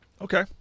Okay